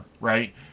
right